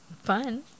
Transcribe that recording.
Fun